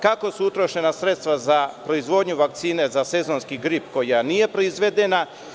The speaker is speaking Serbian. Kako su utrošena sredstva za proizvodnju vakcine za sezonski grip, koja nije proizvedena?